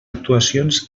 actuacions